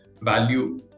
value